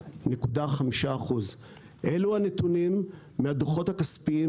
91.5%. אלו הנתונים מהדוחות הכספיים